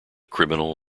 criminal